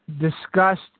discussed